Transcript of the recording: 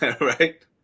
Right